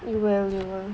you will you will